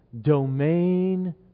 Domain